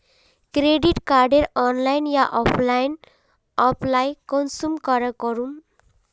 Credit कार्डेर online या offline apply कुंसम करे करूम?